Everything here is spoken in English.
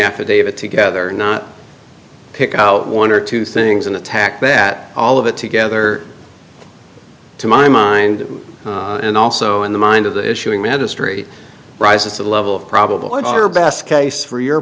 affidavit together not pick out one or two things and attack that all of it together to my mind and also in the mind of the issuing magistrate rises to the level of probable at our best case for your